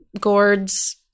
Gourds